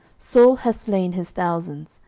saul hath slain his thousands,